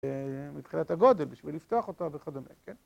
מתחילת הגודל בשביל לפתוח אותה וכדומה, כן?